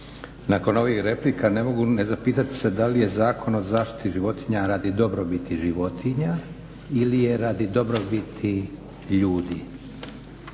Nakon ovih replika ne mogu ne zapitati se da li je Zakon o zaštiti životinja radi dobrobiti životinja ili je radi dobrobiti ljudi?